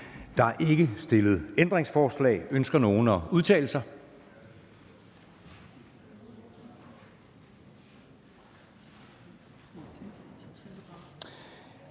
Der er ikke stillet ændringsforslag. Ønsker nogen at udtale sig?